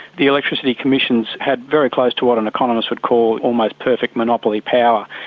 the electricity commissions had very close to what an economist would call almost perfect monopoly power.